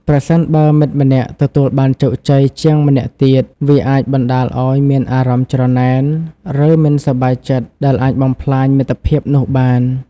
ប្រសិនបើមិត្តម្នាក់ទទួលបានជោគជ័យជាងម្នាក់ទៀត វាអាចបណ្ដាលឱ្យមានអារម្មណ៍ច្រណែន ឬមិនសប្បាយចិត្ត ដែលអាចបំផ្លាញមិត្តភាពនោះបាន ។